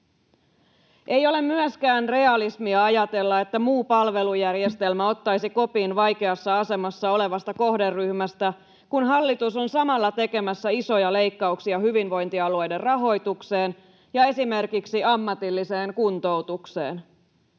Ei ole myöskään realismia ajatella, että muu palvelujärjestelmä ottaisi kopin vaikeassa asemassa olevasta kohderyhmästä, kun hallitus on samalla tekemässä isoja leikkauksia hyvinvointialueiden rahoitukseen ja esimerkiksi ammatilliseen kuntoutukseen.